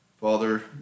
Father